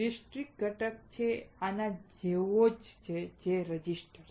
discrete ઘટક છે આના જેવા કહો રેઝિસ્ટર